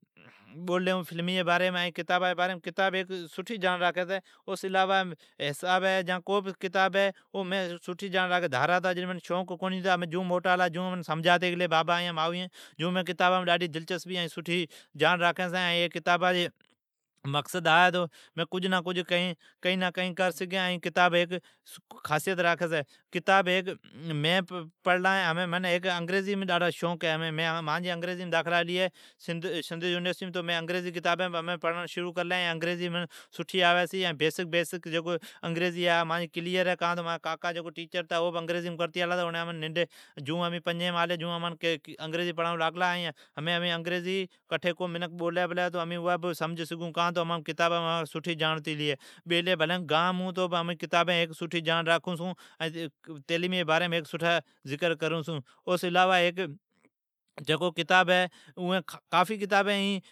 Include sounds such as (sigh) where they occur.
بوللی ھوں فلمی جی باریم، کتابا جیباریم، کتاب ھیک سٹھی جاڑ راکھی۔ حساب ہے، مین چھارا ھتا جکار کونی پڑتا ھمین منین شوق جھام ہے۔ بابا، مائو ایین، ای کتابا جا (hesitation) مقصد ھا ہے تو مین ایم سٹھی جاڑ راکھین، کتاب ھی خاصیت راکھی چھی۔ ھمیں میں پڑھلا ہیں، مانجا انگریزیم ڈاڈھا سوق ہے حیدرآبام مین انگریذیم، سندھ یونیسٹیم ھلن ہے تو مین انگریذی لتابین پڑین چھی۔ منین بیسک انگریزی آوی چھی کان تو مانجا کاکا ھتا او بھی انگریزیم کرتی آلا ھتا اوڑین امان پنجی سون کرتی، جیون امین دھاری ھتی۔ ھمین جکو بھی انگریڑی بولی اوا امین سمجھتی جائون چھون۔ امین بیلی گام ھون پر امین کتابام سٹھی جاڑ راکھون چھونائین (hesitation) تعلیمی جی باریم ھیک سٹھی جاڑ راکھوں چھوں۔ او سون علاوا کافی کتابین ھی